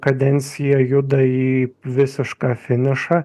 kadencija juda į visišką finišą